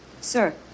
sir